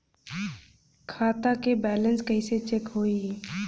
खता के बैलेंस कइसे चेक होई?